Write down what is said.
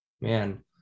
man